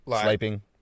Sleeping